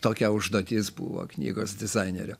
tokia užduotis buvo knygos dizainerio